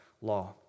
law